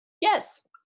Yes